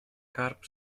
carp